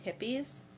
hippies